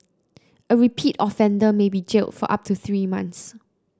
a repeat offender may be jailed for up to three months